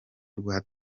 rwa